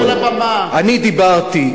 אני דיברתי,